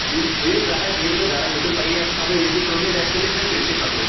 بہٕ یِمہٕ بہٕ یِمہٕ گرے بہٕ یِمہٕ تۄہہِ گرَے ییٚتیٚن تُہی آسوٕ کھسُن ییٚتیٚن تُہُنٛدے ڈیٚسٹِنیٚشن آسہِ تٔتۍتھٕے کھسو أسۍ